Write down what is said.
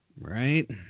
right